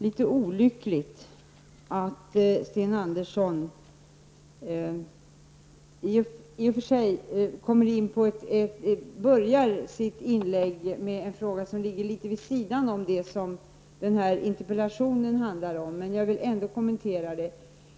Fru talman! Sten Andersson i Malmö börjar sitt anförande med en fråga som ligger litet vid sidan av det som interpellationen handlar om, men jag vill ändå kommentera den.